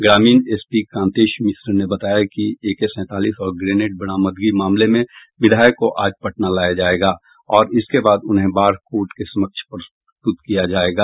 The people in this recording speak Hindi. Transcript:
ग्रामीण एसपी कांतेश मिश्र ने बताया कि एके सैंतालीस और ग्रेनेड बरामदगी मामले में विधायक को आज पटना लाया जायेगा और इसके बाद उन्हें बाढ़ कोर्ट के समक्ष प्रस्तुत किया जायेगा